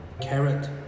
carrot